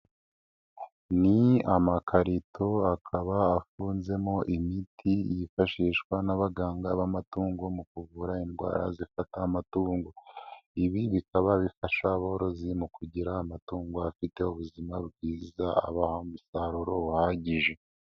Ni amakarito akaba afunzemo imiti yifashishwa n'abaganga b'amatungo mu kuvura indwara zifata amatungo. Ibi bikaba bifasha aborozi mu kugira amatungo afite ubuzima bwiza, abaha umusaruro uhagije.